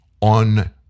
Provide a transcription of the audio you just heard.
on